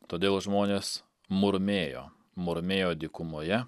todėl žmonės murmėjo murmėjo dykumoje